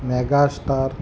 megastar